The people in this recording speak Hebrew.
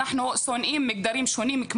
אנחנו שונאים מגדרים שונים,